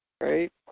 right